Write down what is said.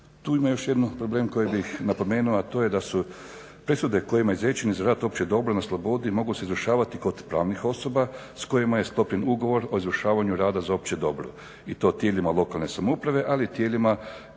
Tu ima još jedan problem koji bih napomenuo a to je da su presude kojima je izrečen rad za opće dobro na slobodi mogu se izvršavati kod pravnih osoba s kojima je sklopljen ugovor o izvršavanju rada za opće dobro. I to tijelima lokalne samouprave ali i tijelima